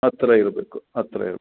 ಹತ್ರ ಇರಬೇಕು ಹತ್ತಿರ ಇರ್